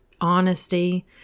honesty